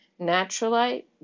Naturalite